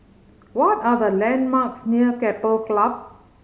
what are the landmarks near Keppel Club